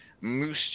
Moose